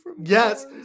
Yes